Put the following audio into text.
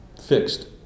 fixed